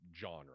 genre